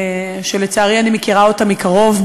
שלצערי אני מכירה אותה מקרוב,